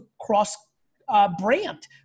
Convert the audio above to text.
cross-brand